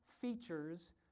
features